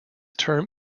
term